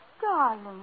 Darling